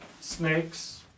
snakes